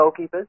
goalkeepers